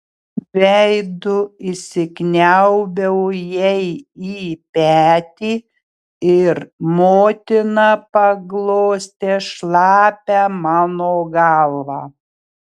veidu įsikniaubiau jai į petį ir motina paglostė šlapią mano galvą